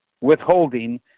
withholding